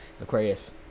Aquarius